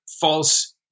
false